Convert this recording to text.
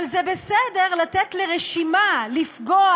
אבל זה בסדר לתת לרשימה לפגוע